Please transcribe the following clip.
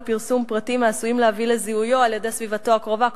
פרסום פרטים שעשויים להביא לזיהויו על-ידי סביבתו הקרובה,